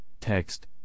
text